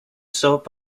soap